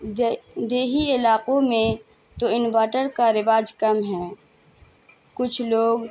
د دیہی علاقوں میں تو انورٹر کا رواج کم ہے کچھ لوگ